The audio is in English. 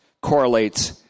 correlates